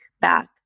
back